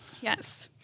Yes